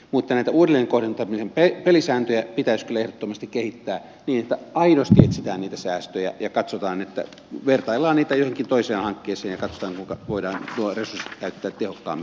mutta näitä uudelleenkohdentamisen pelisääntöjä pitäisi kyllä ehdottomasti kehittää niin että aidosti etsitään niitä säästöjä ja vertaillaan niitä joihinkin toisiin hankkeisiin ja katsotaan kuinka voidaan nuo resurssit käyttää tehokkaammin ja paremmin